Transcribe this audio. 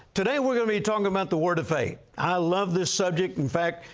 today we're going to be talking about the word of faith. i love this subject. in fact,